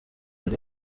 uri